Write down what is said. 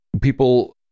People